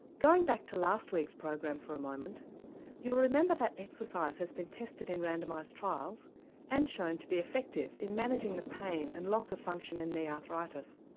going back to last week's program for a moment you will remember that exercise has been tested in randomised trials and shown to be effective in managing the pain and loss of function in knee arthritis.